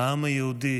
העם היהודי